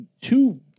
two